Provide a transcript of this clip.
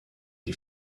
die